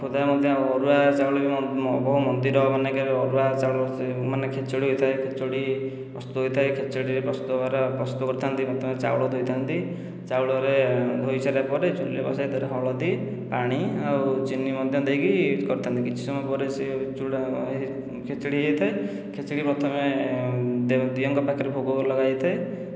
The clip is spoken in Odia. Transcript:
ଖୋର୍ଦ୍ଧାରେ ମଧ୍ୟ ଅରୁଆ ଚାଉଳରେ ବି ମନ୍ଦିର ମାନଙ୍କରେ ଅରୁଆ ଚାଉଳ ମାନେ ଖେଚୁଡ଼ି ହୋଇଥାଏ ଖେଚୁଡ଼ି ପ୍ରସ୍ତୁତ ହୋଇଥାଏ ଖେଚୁଡ଼ିରେ ପ୍ରସ୍ତୁତ ହେବାର ପ୍ରସ୍ତୁତ କରିଥାନ୍ତି ପ୍ରଥମେ ଚାଉଳ ଧୋଇ ଥାଆନ୍ତି ଚାଉଳରେ ଧୋଇ ସାରିଲା ପରେ ଚୁଲିରେ ବସାଇ ତା'ପରେ ହଳଦୀ ପାଣି ଆଉ ଚିନି ମଧ୍ୟ ଦେଇକି କରିଥାଆନ୍ତି କିଛି ସମୟରେ ପରେ ସେ ଚୁଡ଼ା ଖେଚୁଡ଼ି ହେଇଥାଏ ଖେଚୁଡ଼ି ପ୍ରଥମେ ଦିଅଙ୍କ ପାଖରେ ଭୋଗ ଲଗାଯାଇଥାଏ